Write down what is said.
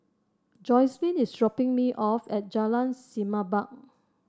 Jocelyn is dropping me off at Jalan Semerbak